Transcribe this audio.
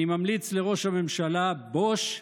אני ממליץ לראש הממשלה: בוש,